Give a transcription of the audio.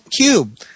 Cube